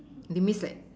demise like